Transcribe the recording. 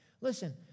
Listen